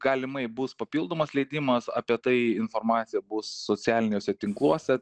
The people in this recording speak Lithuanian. galimai bus papildomas leidimas apie tai informacija bus socialiniuose tinkluose